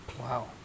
Wow